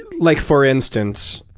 like for instance,